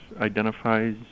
identifies